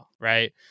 right